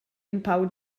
empau